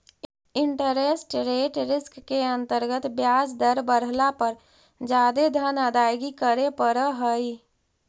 interest rate risk के अंतर्गत ब्याज दर बढ़ला पर जादे धन अदायगी करे पड़ऽ हई